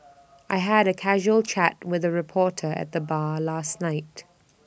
I had A casual chat with A reporter at the bar last night